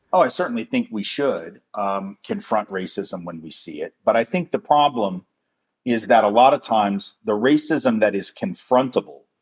oh, i certainly think we should um confront racism when we see it. but i think the problem is that a lotta times, the racism that is confrontable,